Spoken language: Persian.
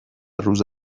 روز